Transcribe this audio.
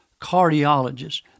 cardiologist